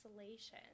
isolation